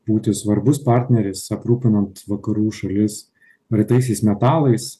būti svarbus partneris aprūpinant vakarų šalis retaisiais metalais